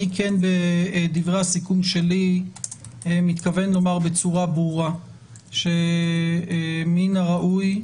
אני כן בדברי הסיכום שלי מתכוון לומר בצורה ברורה שמן הראוי,